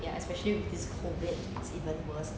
ya especially with this covid it's even worse